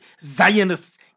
Zionists